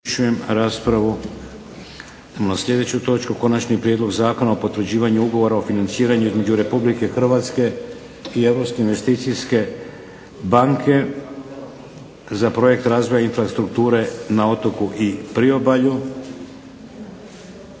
Idemo na sljedeću točku - Konačni prijedlog zakona o potvrđivanju Ugovora o financiranju između Republike Hrvatske i Europske investicijske banke za "Projekt razvoja infrastrukture na otocima i priobalju",